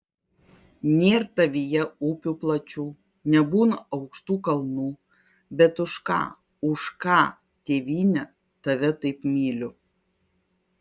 nėr tavyje upių plačių nebūna aukštų kalnų bet už ką už ką tėvyne tave taip myliu